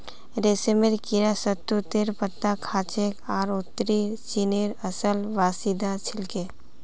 रेशमेर कीड़ा शहतूतेर पत्ता खाछेक आर उत्तरी चीनेर असल बाशिंदा छिके